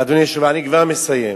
אדוני היושב-ראש, אני כבר מסיים.